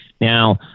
Now